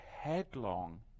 headlong